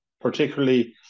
particularly